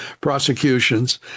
prosecutions